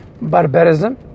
barbarism